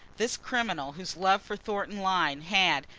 this criminal, whose love for thornton lyne had,